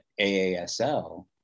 AASL